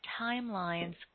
timelines